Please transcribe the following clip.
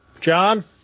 John